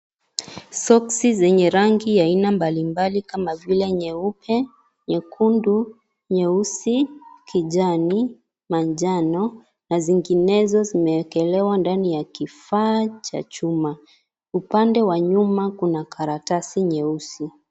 Soksi zenye rangi za aina mbalimbali kama vile, nyeupe, nyekundu, nyeusi, kijani, manjano na zinginezo zimewekelewa ndani ya kifaa cha chuma. Upande wa nyuma kuna karatasi nyeusi.